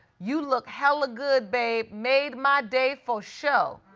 you look hella good, babe. made my day fosho.